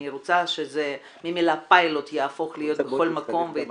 אני רוצה שמהמילה פיילוט יהפוך להיות בכל מקום וייתן